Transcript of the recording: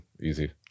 Easy